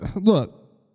look